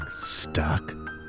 stuck